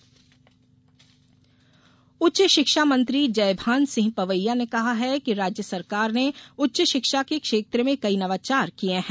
छात्रावास लोकार्पण उच्च शिक्षा मंत्री जयभान सिंह पवैया ने कहा है कि राज्य सरकार ने उच्च शिक्षा के क्षेत्र में कई नवाचार किये हैं